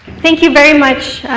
thank you very much.